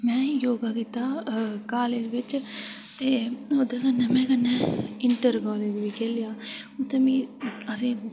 ते में योगा कीता कॉलेज बिच ते ओह्दे कन्नै में कन्नै इंटर कॉलेज बी खे'ल्लेआ ते उ'त्थें मी असें